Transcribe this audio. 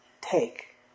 take